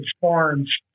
farms